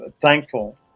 thankful